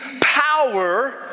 power